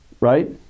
Right